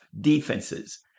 defenses